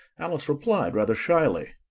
alice replied, rather shyly,